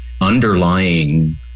underlying